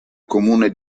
comune